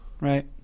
right